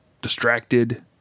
distracted